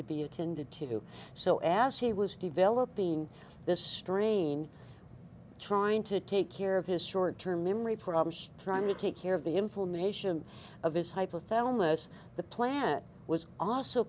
to be attended to so as he was developing this strain trying to take care of his short term memory problems trying to take care of the inflammation of his hypothalamus the planet was also